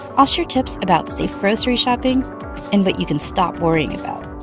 i'll share tips about safe grocery shopping and what you can stop worrying about